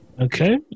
Okay